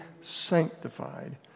sanctified